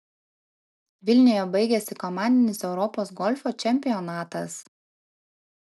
vilniuje baigėsi komandinis europos golfo čempionatas